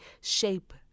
shape